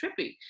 trippy